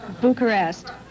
Bucharest